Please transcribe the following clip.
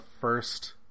first